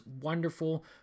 wonderful